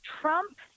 Trump